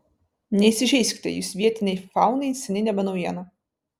neįsižeiskite jūs vietinei faunai seniai nebe naujiena